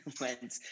went